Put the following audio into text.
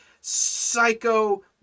psycho